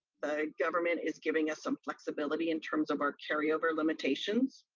the government is giving us some flexibility in terms of our carryover limitations.